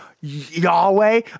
Yahweh